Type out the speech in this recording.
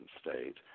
state